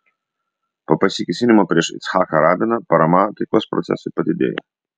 po pasikėsinimo prieš icchaką rabiną parama taikos procesui padidėjo